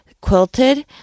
quilted